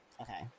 Okay